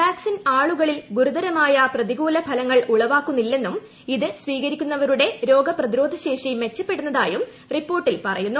vaccine ആളുകളിൽ ഗുരുതരമായ പ്രതികൂല ഫലങ്ങൾ ഉളവാക്കുന്നില്ലെന്നും ഇത് സ്വീകരിക്കുന്നവരുടെ രോഗ പ്രതിരോധശേഷി മെച്ചപ്പെടുന്നതായും റിപ്പോർട്ടിൽ പറയുന്നു